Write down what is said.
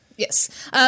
Yes